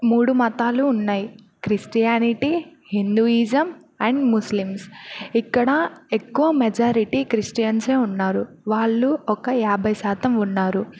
మూడు మతాలు ఉన్నాయి క్రిస్టియానిటీ హిందూయిజం అండ్ ముస్లిమ్స్ ఇక్కడ ఎక్కువ మెజారిటీ క్రిస్టియన్స్ ఉన్నారు వాళ్ళు ఒక యాభై శాతం ఉన్నారు